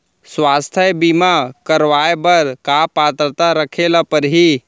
स्वास्थ्य बीमा करवाय बर का पात्रता रखे ल परही?